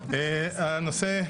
הנושא: